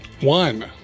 One